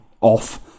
off